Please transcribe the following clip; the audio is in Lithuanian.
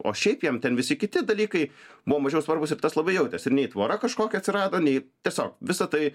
o šiaip jam ten visi kiti dalykai buvo mažiau svarbūs ir tas labai jautėsi ir nei tvora kažkokia atsirado nei tiesiog visa tai